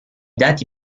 dati